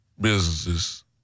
businesses